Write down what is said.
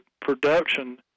production